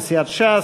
של סיעת ש"ס,